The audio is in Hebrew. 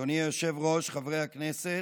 אדוני היושב-ראש, חברי הכנסת,